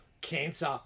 cancer